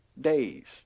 days